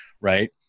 Right